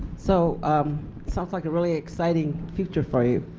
so um sounds like a really exciting future for you.